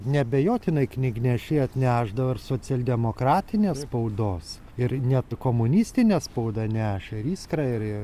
neabejotinai knygnešiai atnešdavo ir socialdemokratinės spaudos ir net komunistinę spaudą nešė ir iskrą ir